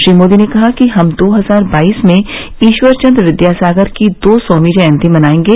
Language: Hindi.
श्री मोदी ने कहा कि हम दो हजार बाईस में ईरवर्खंद विद्यासागर की दो सौवीं जयन्ती मनाएंगे